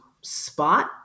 spot